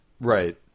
right